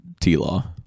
T-Law